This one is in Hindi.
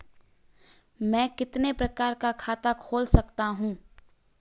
मैं कितने प्रकार का खाता खोल सकता हूँ?